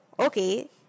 Okay